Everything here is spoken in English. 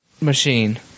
machine